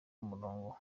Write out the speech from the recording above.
umurongo